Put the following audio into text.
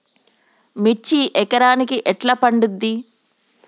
మిర్చి ఎకరానికి ఎట్లా పండుద్ధి?